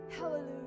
Hallelujah